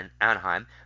Anaheim